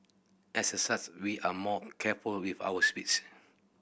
as a such we are more careful with our speech